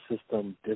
system